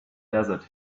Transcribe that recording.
desert